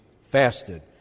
fasted